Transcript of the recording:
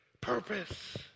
purpose